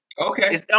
Okay